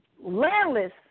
Landless